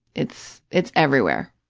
it's it's everywhere.